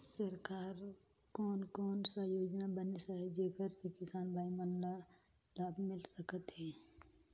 सरकार कोन कोन सा योजना बनिस आहाय जेकर से किसान भाई मन ला लाभ मिल सकथ हे?